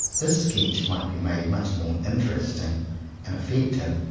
this sketch might be made much more interesting and effective,